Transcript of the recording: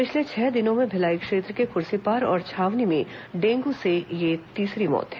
पिछले छह दिनों में भिलाई क्षेत्र के खुर्सीपार और छावनी में डेंगू से यह तीसरी मौत है